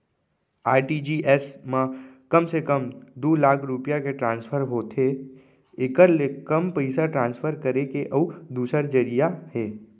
RTGS म कम से कम दू लाख रूपिया के ट्रांसफर होथे एकर ले कम पइसा ट्रांसफर करे के अउ दूसर जरिया हे